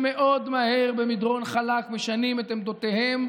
שמאוד מהר, במדרון חלק, משנים את עמדותיהם,